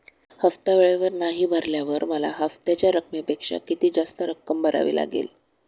हफ्ता वेळेवर नाही भरल्यावर मला हप्त्याच्या रकमेपेक्षा किती जास्त रक्कम भरावी लागेल?